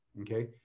Okay